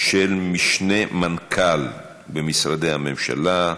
של משנים למנכ"ל במשרדי הממשלה,